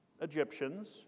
Egyptians